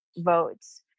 votes